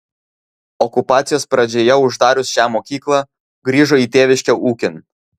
okupacijos pradžioje uždarius šią mokyklą grįžo į tėviškę ūkin